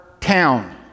town